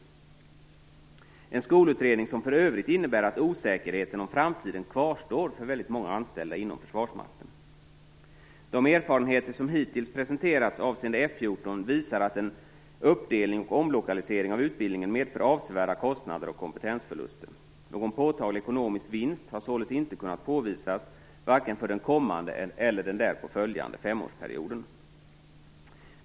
Det är en skolutredningen som för övrigt innebär att osäkerheten om framtiden kvarstår för väldigt många anställda inom De erfarenheter som hittills presenterats avseende F 14 visar att en uppdelning och omlokalisering av utbildningen medför avsevärda kostnader och kompetensförluster. Någon påtaglig ekonomisk vinst har således inte kunnat påvisas, vare sig för den kommande eller för den därpå följande femårsperioden.